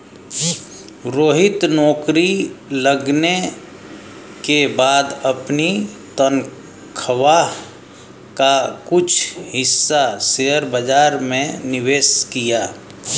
रोहित नौकरी लगने के बाद अपनी तनख्वाह का कुछ हिस्सा शेयर बाजार में निवेश किया